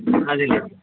అదేలేండి